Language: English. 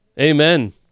Amen